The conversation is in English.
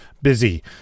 busy